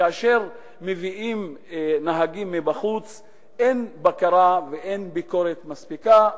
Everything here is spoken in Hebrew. כאשר מביאים נהגים מבחוץ אין בקרה ואין ביקורת מספיקה,